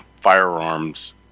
firearms